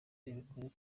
bikoreye